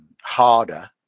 harder